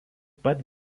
pat